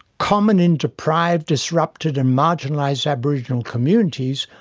common in deprived disrupted and marginalised aboriginal communities,